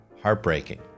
heartbreaking